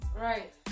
Right